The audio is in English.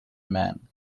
man